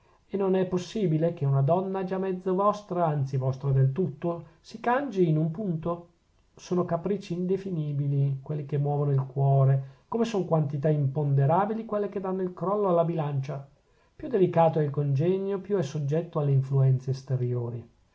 e non è possibile che una donna già mezzo vostra anzi vostra del tutto si cangi in un punto sono capricci indefinibili quelli che muovono il cuore come sono quantità imponderabili quelle che danno il crollo alla bilancia più delicato è il congegno più è soggetto alle influenze esteriori